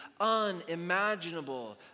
unimaginable